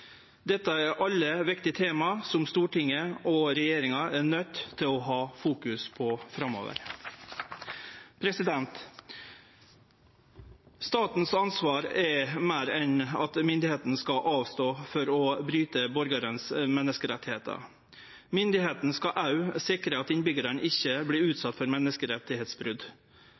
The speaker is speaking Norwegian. Dette er alle viktige tema som Stortinget og regjeringa er nøydde til å fokusere på framover. Statens ansvar er meir enn at myndigheitene skal avstå frå å bryte borgarane sine menneskerettar. Myndigheitene skal òg sikre at innbyggjarane ikkje vert utsette for